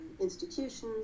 institutions